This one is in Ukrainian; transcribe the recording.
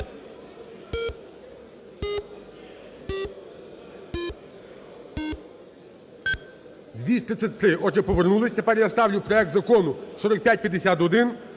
За-233 Отже, повернулись. Тепер я ставлю проект Закону 4551,